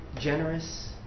generous